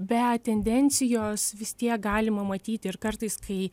bet tendencijos vis tiek galima matyti ir kartais kai